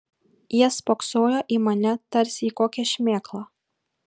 jie spoksojo į mane tarsi į kokią šmėklą